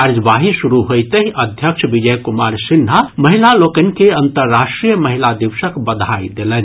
कार्यवाही शुरू होइतहि अध्यक्ष विजय कुमार सिन्हा महिला लोकनि के अन्तर्राष्ट्रीय महिला दिवसक बधाई देलनि